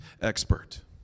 expert